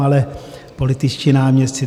Ale političtí náměstci.